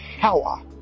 power